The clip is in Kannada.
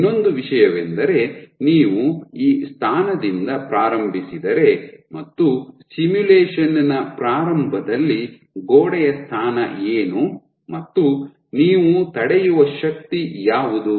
ಇನ್ನೊಂದು ವಿಷಯವೆಂದರೆ ನೀವು ಈ ಸ್ಥಾನದಿಂದ ಪ್ರಾರಂಭಿಸಿದರೆ ಮತ್ತು ಸಿಮ್ಯುಲೇಶನ್ ನ ಪ್ರಾರಂಭದಲ್ಲಿ ಗೋಡೆಯ ಸ್ಥಾನ ಏನು ಮತ್ತು ನೀವು ತಡೆಯುವ ಶಕ್ತಿ ಯಾವುದು